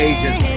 Agents